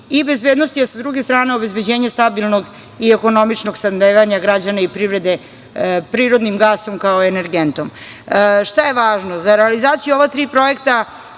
i bezbednosti, a sa druge strane obezbeđenje stabilnog i ekonomičnog snabdevanja građana i privrede prirodnim gasom kao energentom. Šta je važno? Za realizaciju ova tri projekta